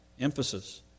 Emphasis